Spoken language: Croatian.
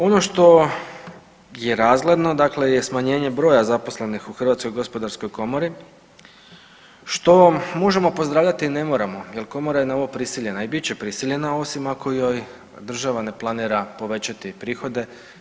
Ono što je razgledno je smanjenje broja zaposlenih u HGK-u, što možemo pozdravljati i ne moramo jel komora je na ovo prisiljena i bit će prisiljena osim ako joj država ne planira povećati prihode.